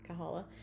kahala